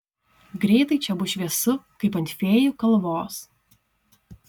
greitai čia bus šviesu kaip ant fėjų kalvos